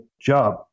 job